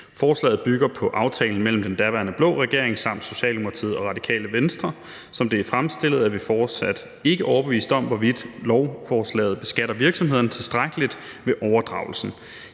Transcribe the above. Forslaget bygger på aftalen mellem den daværende blå regering samt Socialdemokratiet og Radikale Venstre. Som det er fremstillet, er vi fortsat ikke overbeviste om, hvorvidt lovforslaget beskatter virksomhederne tilstrækkeligt ved overdragelsen.